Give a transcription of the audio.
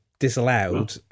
disallowed